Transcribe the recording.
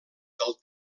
del